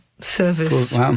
Service